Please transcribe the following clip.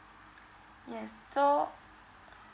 yes so